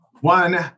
One